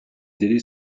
délai